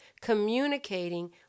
communicating